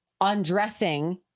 undressing